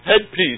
headpiece